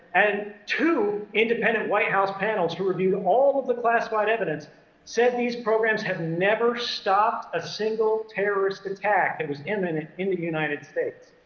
and two independent white house panels who reviewed all of the classified evidence said these programs have never stopped a single terrorist attack that was imminent in the united states.